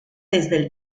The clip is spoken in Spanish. desde